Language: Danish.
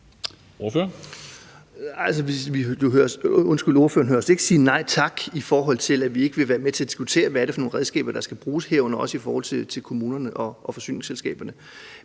Ordføreren hører os ikke sige nej tak til at være med til at diskutere, hvad det er for nogle redskaber, der skal bruges, herunder også i forhold til kommunerne og forsyningsselskaberne.